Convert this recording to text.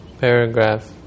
paragraph